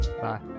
Bye